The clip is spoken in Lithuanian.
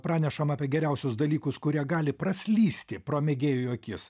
pranešam apie geriausius dalykus kurie gali praslysti pro mėgėjų akis